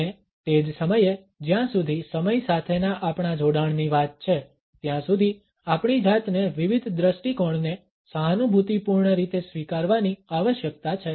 અને તે જ સમયે જ્યાં સુધી સમય સાથેના આપણા જોડાણની વાત છે ત્યાં સુધી આપણી જાતને વિવિધ દ્રષ્ટિકોણને સહાનુભૂતિપૂર્ણ રીતે સ્વીકારવાની આવશ્યકતા છે